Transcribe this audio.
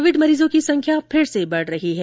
Covid मरीजों की संख्या फिर से बढ़ रही है